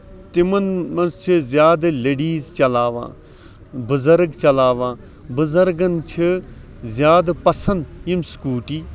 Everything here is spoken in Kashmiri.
تِمن منٛز چھِ زیادٕ لیڈیٖز چلاوان بُزرٕگ چلاوان بُزرگن چھِ زیادٕ پَسند یِم سکوٗٹی